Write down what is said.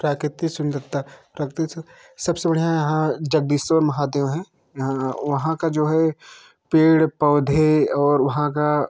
प्राकृतिक सुंदरता प्राकृतिक सबसे बढ़िया जगदीश्वर महादेव है वहाँ का जो है पेड़ पौधे और वहाँ का